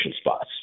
spots